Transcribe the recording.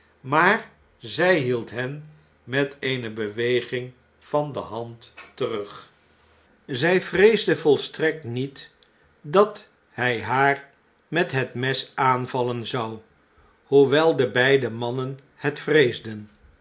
maar zg hield hen met eene beweging van de hand terug zij vreesde volstrekt niet dat hg haar met het mes aanvallen zou hoewel de beide mannen het jreesden